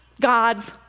God's